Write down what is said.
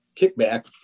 kickback